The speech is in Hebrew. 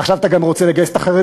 עכשיו אתה רוצה לגייס גם את החרדים,